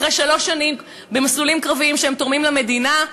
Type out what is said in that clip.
אחרי שלוש שנים במסלולים קרביים שתורמים למדינה,